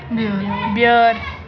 بیٲر